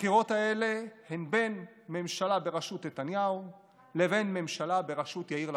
הבחירות האלה הן בין ממשלה בראשות נתניהו לבין ממשלה בראשות יאיר לפיד,